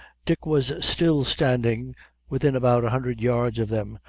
dick was still standing within about a hundred yards of them,